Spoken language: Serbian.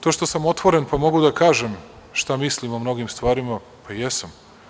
To što sam otvoren, pa mogu da kažem šta mislim o mnogim stvarima, pa jesam.